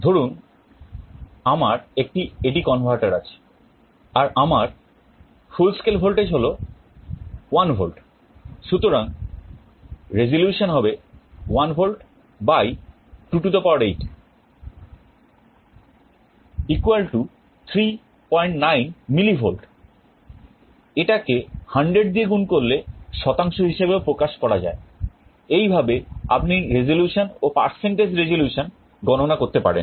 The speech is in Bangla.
ধরুন আমার একটি AD converter আছে আর আমার full scale voltage হল 1 volt সুতরাং রেজিলিউশন গণনা করতে পারেন